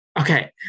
Okay